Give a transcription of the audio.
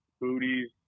booties